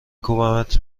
کوبمت